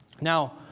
Now